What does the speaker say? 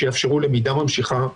שיאפשרו למידה ממשיכה,